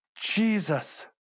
Jesus